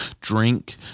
drink